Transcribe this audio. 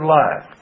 life